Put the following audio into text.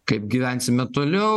kaip gyvensime toliau